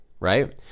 right